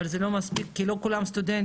אבל זה לא מספיק כי לא כולם סטודנטים.